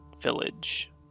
village